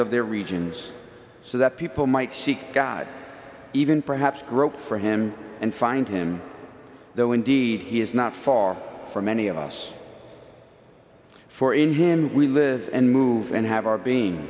of their regions so that people might seek god even perhaps grope for him and find him though indeed he is not far from many of us for in him we live and move and have our being